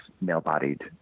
male-bodied